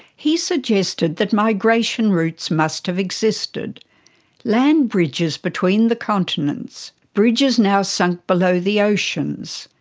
he suggested that migration routes must have existed land bridges between the continents, bridges now sunk below the oceans.